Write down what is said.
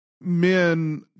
men